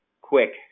quick